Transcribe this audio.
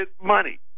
money